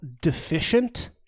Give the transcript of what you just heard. deficient